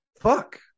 fuck